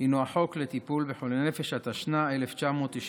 הינו החוק לטיפול בחולי נפש, התשנ"א 1991,